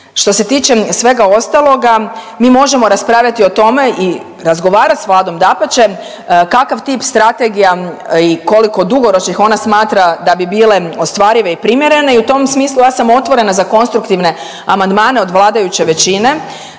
Što se tiče svega ostaloga, mi možemo raspravljati o tome i razgovarati s Vladom, dapače, kakav tip strategija i koliko dugoročnih ona smatra da bi bile ostvarive i primjerene i u tom smislu ja sam otvorena za konstruktivne amandmane od vladajuće većine